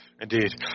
Indeed